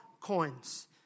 coins